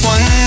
One